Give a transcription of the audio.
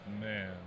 Man